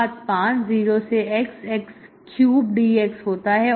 y50xx3 dx होता है